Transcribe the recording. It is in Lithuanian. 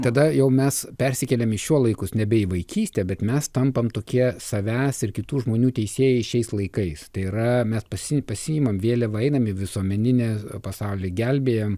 tada jau mes persikeliam į šiuo laikus nebe į vaikystę bet mes tampam tokie savęs ir kitų žmonių teisėjai šiais laikais tai yra mes pasi pasiimam vėliavą einam į visuomeninę pasaulį gelbėjam